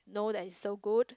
know that it's so good